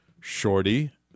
Shorty